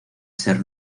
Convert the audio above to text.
ser